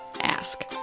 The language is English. ask